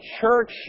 church